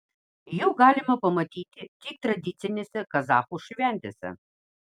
jų galima pamatyti tik tradicinėse kazachų šventėse